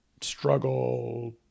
struggle